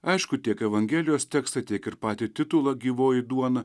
aišku tiek evangelijos tekstą tiek ir patį titulą gyvoji duona